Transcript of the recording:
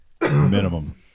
minimum